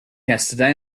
yesterday